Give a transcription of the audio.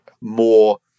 more